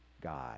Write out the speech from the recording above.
God